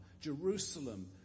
Jerusalem